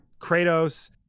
Kratos